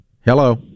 Hello